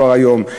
כבר היום.